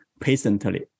patiently